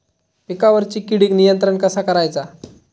पिकावरची किडीक नियंत्रण कसा करायचा?